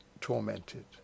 tormented